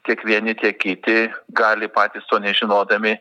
tiek vieni tiek kiti gali patys to nežinodami